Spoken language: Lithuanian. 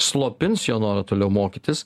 slopins jo norą toliau mokytis